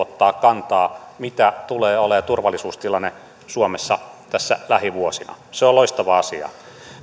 ottamaan kantaa mikä tulee olemaan turvallisuustilanne suomessa tässä lähivuosina se on loistava asia